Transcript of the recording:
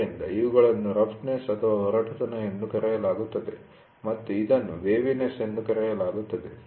ಆದ್ದರಿಂದ ಇವುಗಳನ್ನು ರಫ್ನೆಸ್ಒರಟುತನ ಎಂದು ಕರೆಯಲಾಗುತ್ತದೆ ಮತ್ತು ಇದನ್ನು ವೇವಿನೆಸ್ ಎಂದು ಕರೆಯಲಾಗುತ್ತದೆ